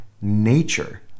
nature